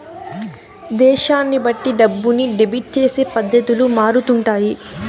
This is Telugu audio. దేశాన్ని బట్టి డబ్బుని డెబిట్ చేసే పద్ధతులు మారుతుంటాయి